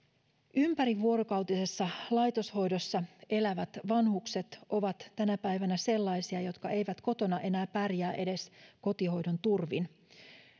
ympärivuorokautisessa laitoshoidossa elävät vanhukset ovat tänä päivänä sellaisia jotka eivät kotona enää pärjää edes kotihoidon turvin